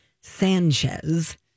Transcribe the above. Sanchez